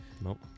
Nope